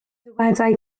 dywedai